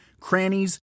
crannies